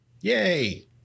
Yay